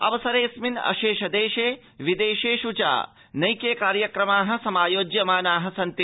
अवसरेऽस्मिन् अशेष देशे विदेशेष् च नैके कार्यक्रमाः समायोज्यमानाः सन्ति